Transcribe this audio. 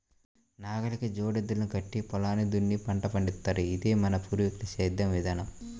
నాగలికి జోడెద్దుల్ని కట్టి పొలాన్ని దున్ని పంట పండిత్తారు, ఇదే మన పూర్వీకుల సేద్దెం విధానం